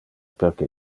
perque